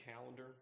calendar